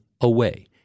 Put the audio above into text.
away